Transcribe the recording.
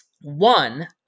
one